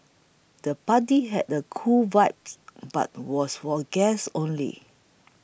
the party had the cool vibes but was for guests only